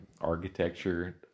architecture